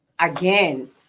Again